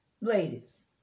ladies